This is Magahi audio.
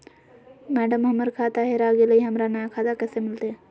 मैडम, हमर खाता हेरा गेलई, हमरा नया खाता कैसे मिलते